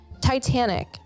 Titanic